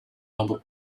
nobel